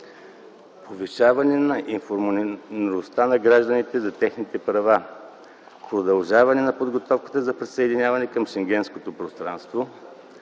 повишаване информираността на гражданите за техните права; продължаване на подготовката за присъединяване към Шенгенското пространство;